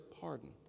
pardon